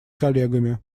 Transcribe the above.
коллегами